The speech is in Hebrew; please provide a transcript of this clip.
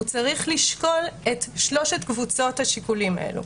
הוא צריך לשקול את שלוש קבוצות השיקולים האלה.